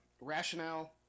rationale